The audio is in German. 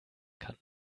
kann